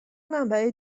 منبع